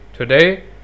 Today